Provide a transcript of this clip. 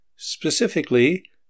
Specifically